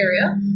area